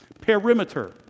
Perimeter